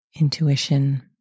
intuition